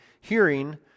hearing